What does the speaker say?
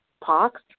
pox